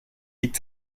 liegt